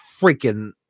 freaking